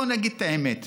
בואו נגיד את האמת,